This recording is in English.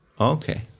Okay